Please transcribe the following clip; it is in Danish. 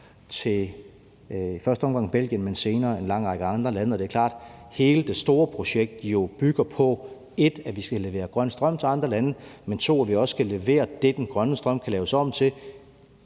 til i første omgang Belgien, men senere også en lang række andre lande. Det er jo klart, at hele det store projekt bygger på, at vi 1) skal levere grøn strøm til andre lande, men at vi 2) også skal levere det, som den grønne strøm kan laves om til